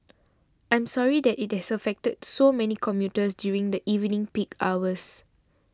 I'm sorry that it has affected so many commuters during the evening peak hours